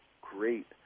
great